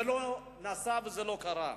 זה לא נעשה וזה לא קרה.